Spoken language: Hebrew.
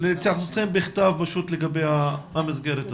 להתייחסותכם בכתב לגבי המסגרת הזו.